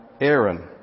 Aaron